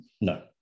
no